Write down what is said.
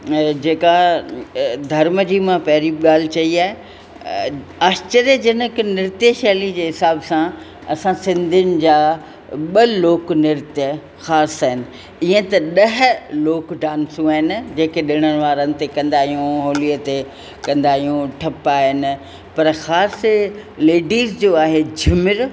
जेका धर्म जी मां पहिरीं बि ॻाल्हि चई आहे आश्चर्यजनक नृत्य शैली जे हिसाब सां असां सिंधियुनि जा ॿ लोक नृत्य ख़ासि आहिनि ईअं त ॾह लोक डांसूं आहिनि जेके ॾिण वारनि कंदा आहियूं होलीअ ते कंदा आहियूं ठपा आहिनि पर ख़ासि लेडीस जो आहे झूमिरि